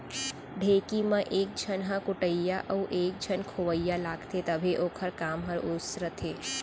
ढेंकी म एक झन ह कुटइया अउ एक झन खोवइया लागथे तभे ओखर काम हर उसरथे